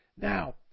Now